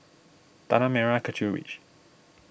Tanah Merah Kechil Ridge